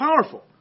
powerful